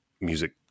music